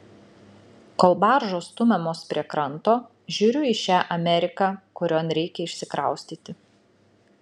kol baržos stumiamos prie kranto žiūriu į šią ameriką kurion reikia išsikraustyti